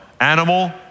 animal